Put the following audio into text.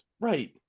Right